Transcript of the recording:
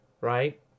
Right